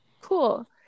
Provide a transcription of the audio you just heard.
cool